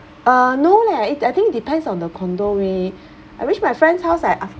uh no leh it I think it depends on the condo we I reach my friend's house like af~